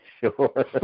sure